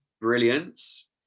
brilliance